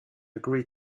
agree